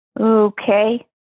Okay